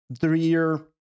three-year